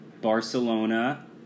Barcelona